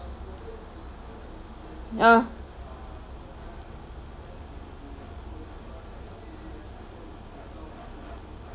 ah